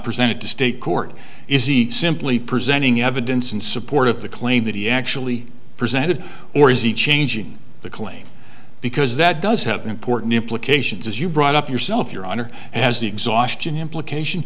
presented to state court is he simply presenting evidence in support of the claim that he actually presented or easy changing the claim because that does have important implications as you brought up yourself your honor as the exhaustion implication